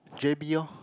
j_b lor